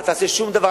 אל תעשה שום דבר,